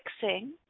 fixing